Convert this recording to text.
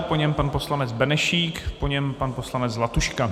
Po něm pan poslanec Benešík, po něm pan poslanec Zlatuška.